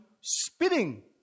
spitting